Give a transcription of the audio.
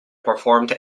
performed